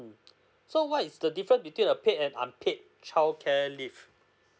so what is the different between a paid and unpaid childcare leave